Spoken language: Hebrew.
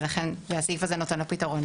ולכן הסעיף הזה נותן לה פתרון.